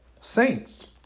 saints